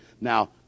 now